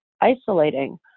isolating